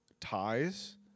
ties